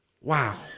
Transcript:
Wow